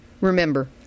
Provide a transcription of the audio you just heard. Remember